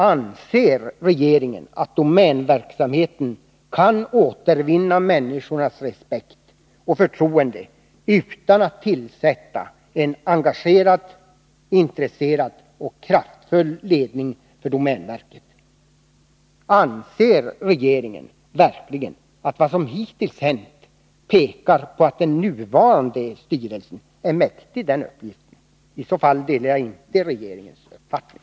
Anser regeringen att man kan återvinna människornas respekt och förtroende för domänverksverksamheten utan att man tillsätter en engagerad, intresserad och kraftfull ledning för domänverket? Anser regeringen verkligen att vad som hittills hänt pekar på att den nuvarande styrelsen är mäktig den uppgiften? I så fall delar jag inte regeringens uppfattning.